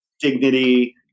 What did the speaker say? dignity